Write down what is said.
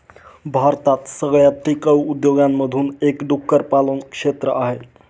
भारतात सगळ्यात टिकाऊ उद्योगांमधून एक डुक्कर पालन क्षेत्र आहे